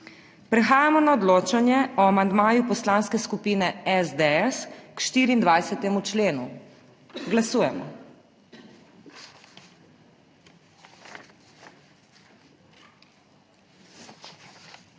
Prehajamo na odločanje o amandmaju Poslanske skupine SDS k 32. členu pod